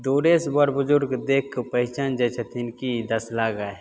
दूरेसे बड़ बुजुर्ग देखिके पहचान जाइ छथिन कि ई देसला गाइ हइ